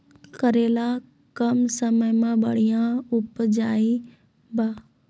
करेला कम समय मे बढ़िया उपजाई बा?